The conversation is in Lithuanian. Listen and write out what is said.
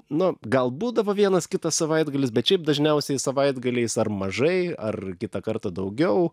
nu gal būdavo vienas kitas savaitgalis bet šiaip dažniausiai savaitgaliais ar mažai ar kitą kartą daugiau